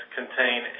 contain